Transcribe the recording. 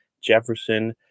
Jefferson